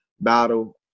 battle